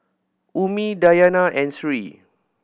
Ummi Dayana and Sri